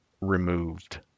removed